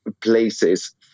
places